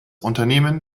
unternehmen